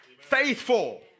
Faithful